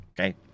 okay